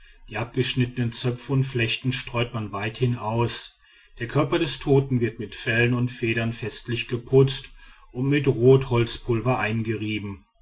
die abgeschnittenen zöpfe und flechten streut man weithin aus der körper des toten wird mit fellen und federn festlich geputzt und mit rotholzpulver eingerieben